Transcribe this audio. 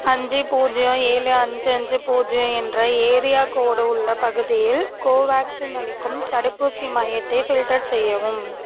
அஞ்சு பூஜ்ஜியம் ஏழு அஞ்சு அஞ்சு பூஜ்ஜியம் என்ற ஏரியா கோடு உள்ள பகுதியில் கோவேக்சின் அளிக்கும் தடுப்பூசி மையத்தை ஃபில்டர் செய்யவும்